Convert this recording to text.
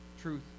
truth